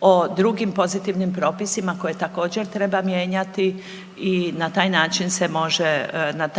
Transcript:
o drugim pozitivnim propisima koje također treba mijenjati i na taj